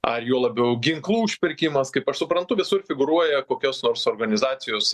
ar juo labiau ginklų užpirkimas kaip aš suprantu visur figūruoja kokios nors organizacijos